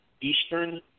Eastern